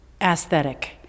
aesthetic